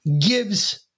gives